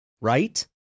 Right